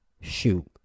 shoot